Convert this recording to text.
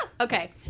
Okay